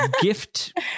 gift